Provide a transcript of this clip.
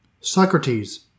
Socrates